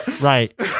Right